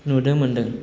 नुनो मोनदों